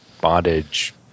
Bondage